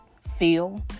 feel